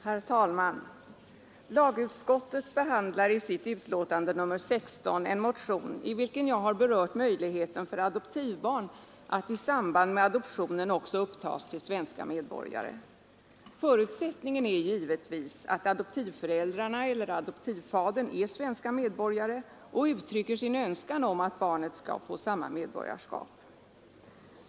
Herr talman! Lagutskottet behandlar i sitt betänkande nr 16 en motion i vilken jag har berört möjligheten för adoptivbarn att i samband med adoptionen också upptas till svenska medborgare. Förutsättningen är givetvis att adoptivföräldrarna eller adoptivfadern är svenska medborgare och uttrycker sin önskan om att barnet skall få samma medborgarskap.